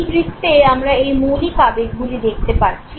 এই বৃত্তে আমরা এই মৌলিক আবেগগুলি দেখতে পাচ্ছি